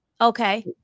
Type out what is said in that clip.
Okay